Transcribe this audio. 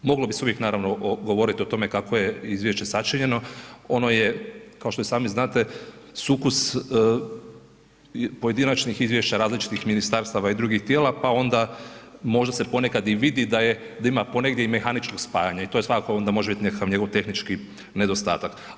Moglo bi se uvijek naravno govorit o tome kako je izvješće sačinjeno ono je kao što i sami znate sukus pojedinačnih izvješća različitih ministarstava i drugi tijela, pa onda možda se ponekad i vidi da ima ponegdje i mehaničkog spajanja i to je svakako onda može biti nekakav njegov tehnički nedostatak.